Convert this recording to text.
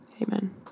Amen